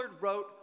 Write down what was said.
wrote